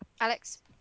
alex